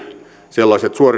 sellaiset